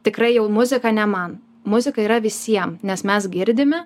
tikrai jau muzika ne man muzika yra visiem nes mes girdime